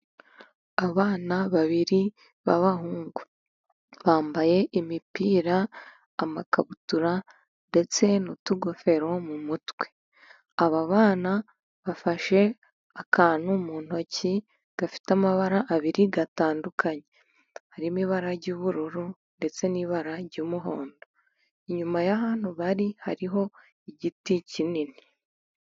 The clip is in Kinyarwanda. Abana babiri b'abahungu bambaye imipira, amakabutura ndetse n'utugofero mu mutwe, aba bana bafashe akantu mu ntoki gafite amabara abiri atandukanye, harimo ibara ry'ubururu ndetse n'ibara ry'umuhondo, inyuma y'ahantu bari hariho igiti kinini.